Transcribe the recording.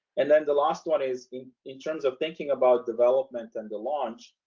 and then the last one is in in terms of thinking about development and the launch.